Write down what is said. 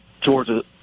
georgia